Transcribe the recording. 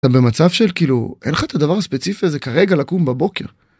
במצב של כאילו אין לך את הדבר הספציפי הזה כרגע לקום בבוקר.